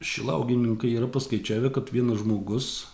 šilauogininkai yra paskaičiavę kad vienas žmogus